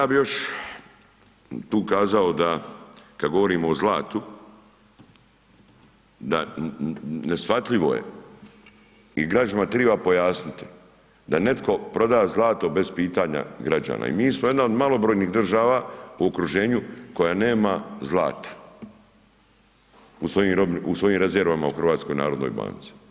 Ja bi još tu kazao da kad govorimo o zlatu, da neshvatljivo je i građanima triba pojasniti da netko proda zlato bez pitanja građana, i mi smo jedna od malobrojnih država u okruženju koja nema zlata u svojim rezervama u Hrvatskoj narodnoj banci.